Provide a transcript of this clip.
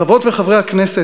חברות וחברי הכנסת,